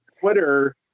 Twitter